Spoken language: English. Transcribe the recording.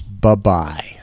Bye-bye